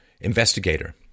investigator